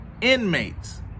inmate's